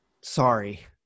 Sorry